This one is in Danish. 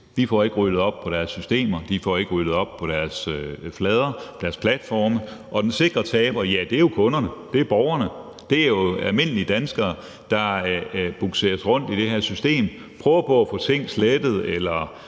de får ikke ryddet op i deres systemer, de får ikke ryddet op i deres flader, deres platforme, og den sikre taber er jo kunderne, det er borgerne, det er almindelige danskere, der bugseres rundt i det her system, prøver at få ting slettet eller